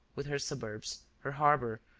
with her suburbs, her harbour,